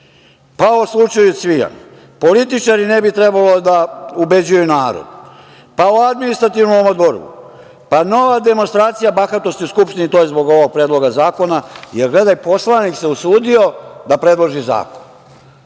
pa u slučaju Cvijan, političari ne bi trebalo da ubeđuju narod, pa o Administrativnom odboru, pa nova demonstracija bahatosti u Skupštini, to je zbog ovog predloga zakona, jer poslanik se usudio da predloži zakon.